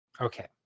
Okay